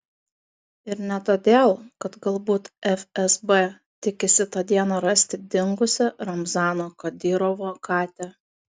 ir ne todėl kad galbūt fsb tikisi tą dieną rasti dingusią ramzano kadyrovo katę